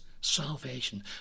salvation